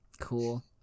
Cool